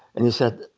and he said,